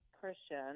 Christian